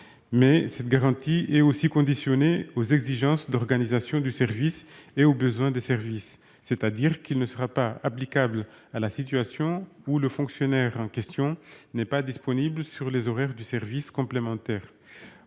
Mais cette disposition est aussi conditionnée aux exigences d'organisation du service et au besoin des services, c'est-à-dire qu'elle ne sera pas applicable à la situation où le fonctionnaire en question n'est pas disponible sur les horaires du service complémentaire.